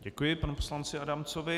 Děkuji panu poslanci Adamcovi.